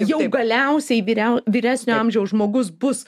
jau galiausiai vyriau vyresnio amžiaus žmogus bus